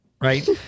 right